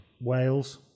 Wales